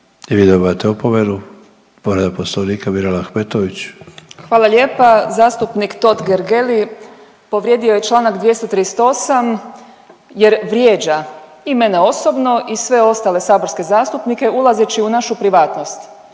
I vi dobivate opomenu. Povreda poslovnika Mirela Ahmetović. **Ahmetović, Mirela (SDP)** Hvala lijepa. Zastupnik Totgergeli povrijedio je čl. 238. jer vrijeđa i mene osobno i sve ostale saborske zastupnike ulazeći u našu privatnost.